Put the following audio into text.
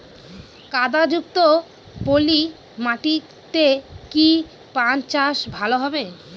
কাদা যুক্ত পলি মাটিতে কি পান চাষ ভালো হবে?